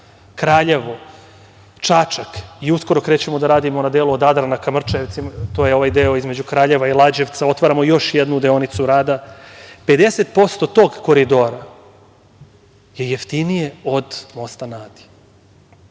Kraljevo, Čačak, i uskoro krećemo da radimo od Adrana ka Mrčajevcima, to je ovaj deo između Kraljeva i Lađevca. Otvaramo još jednu deonicu rada, 50% tog koridora je jeftinije od mosta na Adi.